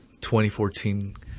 2014